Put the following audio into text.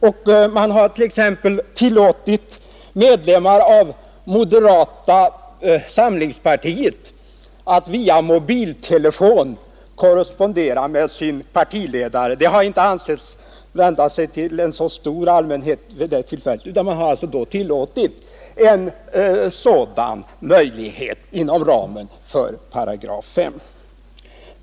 Och man har exempelvis tillåtit medlemmar av moderata samlingspartiet att via mobiltelefon korrespondera med sin partiledare. Det har inte ansetts vara riktat till en så stor allmänhet, utan man har tillåtit en sådan sändning inom ramen för 58.